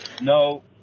No